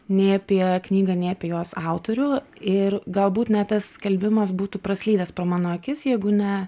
nei apie knygą nei apie jos autorių ir galbūt net tas skelbimas būtų praslydęs pro mano akis jeigu ne